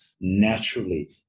naturally